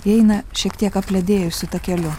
jie eina šiek tiek apledėjusiu takeliu